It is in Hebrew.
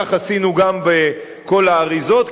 כך עשינו גם בכל האריזות,